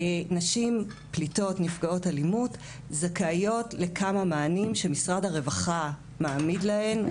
נשים פליטות נפגעות אלימות זכאיות לכמה מענים שמשרד הרווחה מעמיד להן.